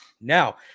Now